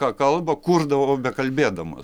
ką kalba kurdavo bekalbėdamas